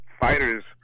fighters